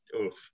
oof